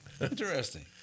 Interesting